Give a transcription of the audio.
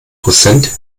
prozent